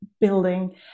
building